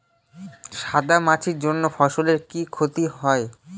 সাদা মাছির জন্য ফসলের কি ক্ষতি হয়?